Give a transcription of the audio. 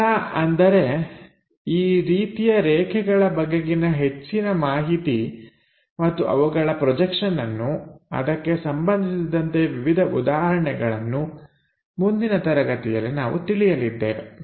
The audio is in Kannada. ಇದರ ಅಂದರೆ ಈ ರೀತಿಯ ರೇಖೆಗಳ ಬಗೆಗಿನ ಹೆಚ್ಚಿನ ಮಾಹಿತಿ ಮತ್ತು ಅವುಗಳ ಪ್ರೊಜೆಕ್ಷನ್ಅನ್ನುಅದಕ್ಕೆ ಸಂಬಂಧಿಸಿದಂತೆ ವಿವಿಧ ಉದಾಹರಣೆಗಳನ್ನು ಮುಂದಿನ ತರಗತಿಯಲ್ಲಿ ನಾವು ತಿಳಿಯಲಿದ್ದೇವೆ